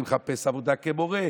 אני מחפש עבודה כמורה.